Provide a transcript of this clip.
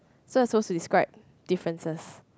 so I suppose to describe differences